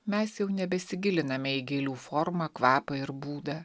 mes jau nebesigiliname į gėlių formą kvapą ir būdą